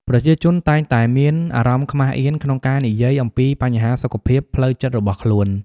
ប្រជាជនតែងតែមានអារម្មណ៍ខ្មាសអៀនក្នុងការនិយាយអំពីបញ្ហាសុខភាពផ្លូវចិត្តរបស់ខ្លួន។